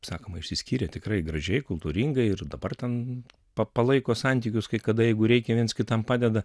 sakoma išsiskyrė tikrai gražiai kultūringai ir dabar ten pa palaiko santykius kai kada jeigu reikia viens kitam padeda